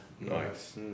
nice